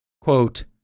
Quote